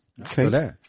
Okay